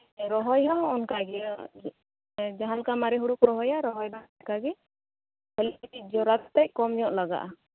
ᱨᱚᱦᱚᱭ ᱦᱚᱸ ᱚᱱᱠᱟ ᱜᱮ ᱡᱟᱦᱟᱸ ᱞᱮᱠᱟ ᱢᱟᱨᱮ ᱦᱩᱲᱩ ᱠᱚ ᱨᱚᱦᱚᱭᱟ ᱨᱚᱦᱚᱭ ᱫᱚ ᱚᱱᱠᱟᱜᱮ ᱠᱷᱟᱞᱤ ᱡᱚᱨᱟ ᱛᱮᱡ ᱠᱚᱢ ᱧᱚᱜ ᱞᱟᱜᱟᱜᱼᱟ